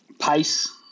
pace